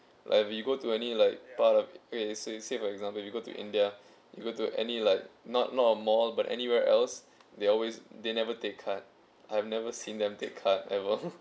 like if you go to any like part of okay say say for example if you go to india you go to any like not not a mall but anywhere else they always they never take card I've never seen them take card ever